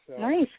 Nice